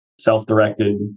Self-directed